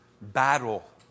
battle